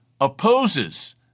Opposes